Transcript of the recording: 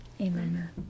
Amen